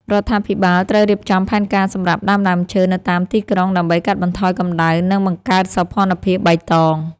រដ្ឋាភិបាលត្រូវរៀបចំផែនការសម្រាប់ដាំដើមឈើនៅតាមទីក្រុងដើម្បីកាត់បន្ថយកម្តៅ និងបង្កើតសោភ័ណភាពបៃតង។